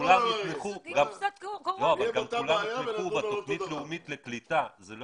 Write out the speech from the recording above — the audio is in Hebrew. אני חושב שכולם יתמכו בתוכנית לאומית לקליטה.